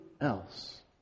else